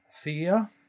fear